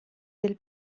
del